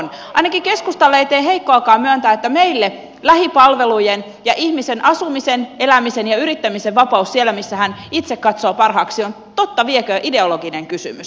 ainakaan keskustalle ei tee heikkoakaan myöntää että meille lähipalvelujen ja ihmisen asumisen elämisen ja yrittämisen vapaus siellä missä hän itse katsoo parhaaksi on totta vieköön ideologinen kysymys